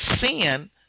sin